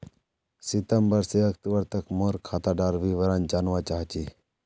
सितंबर से अक्टूबर तक मोर खाता डार विवरण जानवा चाहची?